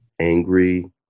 angry